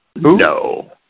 No